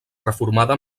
reformada